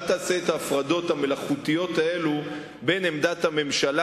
אל תעשה את ההפרדות המלאכותיות האלה בין עמדת הממשלה,